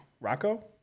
Rocco